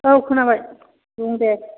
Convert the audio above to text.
औ खोनाबाय बुं दे